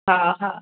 हा हा